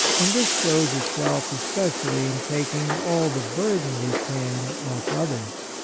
and this shows itself especially in taking all the burden we can off others.